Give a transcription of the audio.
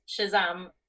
Shazam